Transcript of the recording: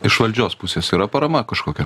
iš valdžios pusės yra parama kažkokia